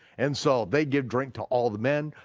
and so they give drink to all the men,